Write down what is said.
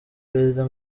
perezida